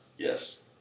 Yes